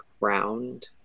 round